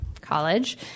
college